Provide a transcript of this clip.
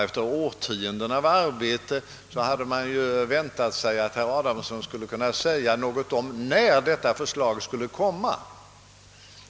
Efter årtiondens arbete hade man ju väntat sig att herr Adamsson skulle kunna säga något om när detta förslag skulle komma.